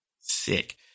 Sick